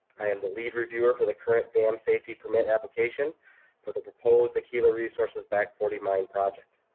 i am the lead reviewer for the current dam safety permit application for the proposed aquila resources back forty mine project.